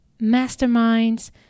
masterminds